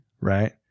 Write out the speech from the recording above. right